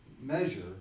measure